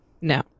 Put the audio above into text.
No